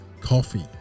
coffee